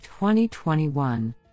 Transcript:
2021